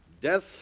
death